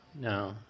no